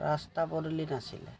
ৰাস্তা পদূলি নাছিলে